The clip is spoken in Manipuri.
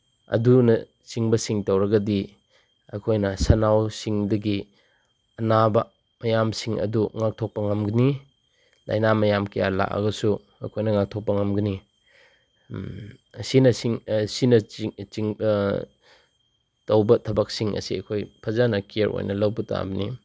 ꯑꯗꯨꯅꯆꯤꯡꯕꯁꯤꯡ ꯇꯧꯔꯒꯗꯤ ꯑꯩꯈꯣꯏꯅ ꯁꯟꯅꯥꯎꯁꯤꯡꯗꯒꯤ ꯑꯅꯥꯕ ꯃꯌꯥꯝꯁꯤꯡ ꯑꯗꯨ ꯉꯥꯛꯊꯣꯛꯄ ꯉꯝꯒꯅꯤ ꯂꯥꯏꯅꯥ ꯃꯌꯥꯝ ꯀꯌꯥ ꯂꯥꯛꯑꯒꯁꯨ ꯑꯩꯈꯣꯏꯅ ꯉꯥꯛꯊꯣꯛꯄ ꯉꯝꯒꯅꯤ ꯑꯁꯤꯅꯆꯤꯡꯕ ꯇꯧꯕ ꯊꯕꯛꯁꯤꯡ ꯑꯁꯤ ꯑꯩꯈꯣꯏ ꯐꯖꯅ ꯀꯤꯌꯔ ꯑꯣꯏꯅ ꯂꯧꯕ ꯇꯥꯕꯅꯤ